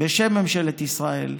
בשם ממשלת ישראל,